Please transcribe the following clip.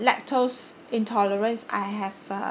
lactose intolerance I have uh